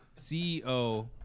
CEO